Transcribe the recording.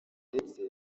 ndetse